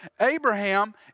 Abraham